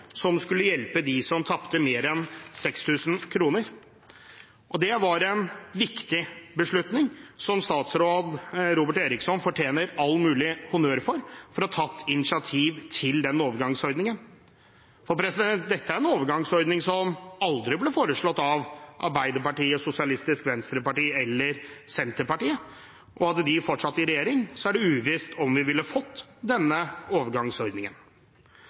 som skulle hjelpe dem som tapte mer enn 6 000 kr. Det var en viktig beslutning. Statsråd Robert Eriksson fortjener all mulig honnør for å ha tatt initiativ til den overgangsordningen. Dette er en overgangsordning som aldri ble foreslått av Arbeiderpartiet og Sosialistisk Venstreparti – eller Senterpartiet. Hadde de fortsatt i regjering, er det uvisst om vi ville fått denne overgangsordningen.